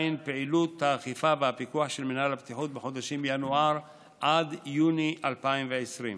פעילות האכיפה והפיקוח של מינהל הבטיחות בחודשים ינואר יוני 2020,